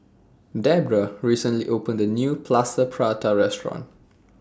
Debera recently opened A New Plaster Prata Restaurant